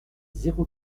zéro